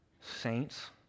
Saints